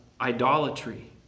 idolatry